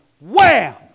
wham